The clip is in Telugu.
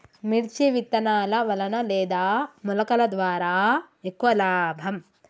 మిర్చి విత్తనాల వలన లేదా మొలకల ద్వారా ఎక్కువ లాభం?